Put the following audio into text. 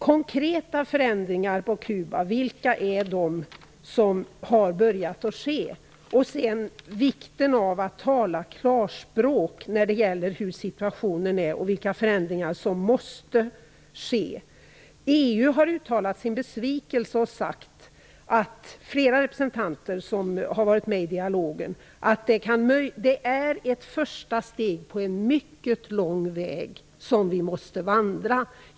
Vilka är de konkreta förändringar som har börjat ske på Kuba? Det är viktigt att tala klarspråk när det gäller situationen och vilka förändringar som måste ske. EU har uttalat sin besvikelse, och flera representanter som har varit med i dialogen har sagt att det är ett första steg på en mycket lång väg som vi måste vandra.